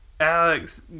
Alex